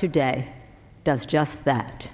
today does just that